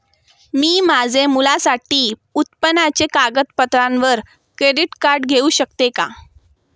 मी माझ्या मुलासाठी माझ्या उत्पन्नाच्या कागदपत्रांवर क्रेडिट कार्ड घेऊ शकतो का?